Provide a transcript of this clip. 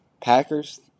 Packers